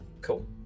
Cool